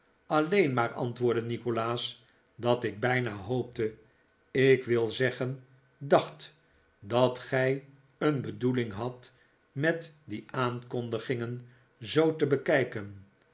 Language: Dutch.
aueen maar antwoordde nikolaas dat ik bijna hoopte ik wil zeggen dacht dat gij een bedoeling hadt met die aankondigingen zoo te bekijken